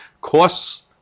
costs